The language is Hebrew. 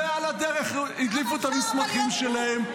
ועל הדרך הדליפו את המסמכים שלהם.